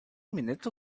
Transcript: minutes